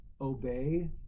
obey